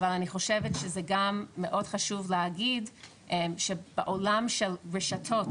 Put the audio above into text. אבל אני חושבת שזה גם מאוד חשוב להגיד שבעולם של רשתות,